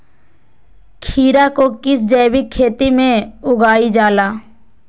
खीरा को किस जैविक खेती में उगाई जाला?